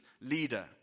leader